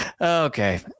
Okay